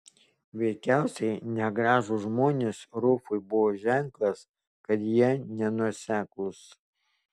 veikiausiai negražūs žmonės rufui buvo ženklas kad jie nenuoseklūs